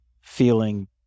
feeling